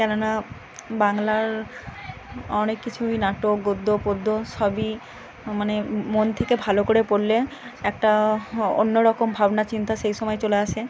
কেন না বাংলার অনেক কিছুই নাটক গদ্য পদ্য সবই মানে মন থেকে ভালো করে পড়লে একটা অন্যরকম ভাবনা চিন্তা সেই সময়ে চলে আসে